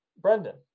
Brendan